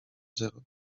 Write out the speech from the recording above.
zero